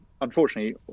unfortunately